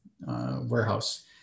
warehouse